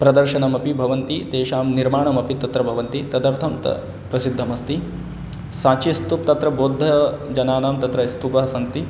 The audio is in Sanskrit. प्रदर्शनमपि भवन्ति तेषां निर्माणमपि तत्र भवन्ति तदर्थं त प्रसिद्धम् अस्ति साचिस्तुप् तत्र बोद्धजनानां तत्र स्तूपः सन्ति